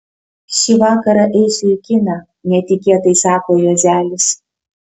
šį vakarą eisiu į kiną netikėtai sako juozelis